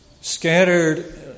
Scattered